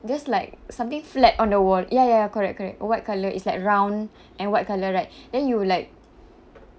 just like something flat on the wall ya ya correct correct white colour it's like round and white colour right then you like